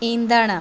ईंधण